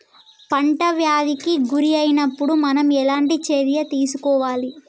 పంట వ్యాధి కి గురి అయినపుడు మనం ఎలాంటి చర్య తీసుకోవాలి?